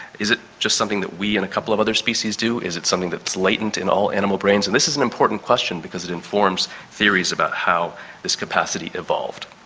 is it just something that we and a couple of other species do, is it something that's latent in all animal brains? and this is an important question because it informs theories about how this capacity evolved.